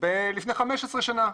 לפני 15 שנה,